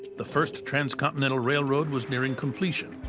the first transcontinental railroad was nearing completion.